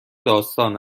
داستان